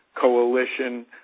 coalition